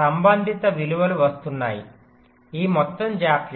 సంబంధిత విలువలు వస్తున్నాయి ఈ మొత్తం జాప్యం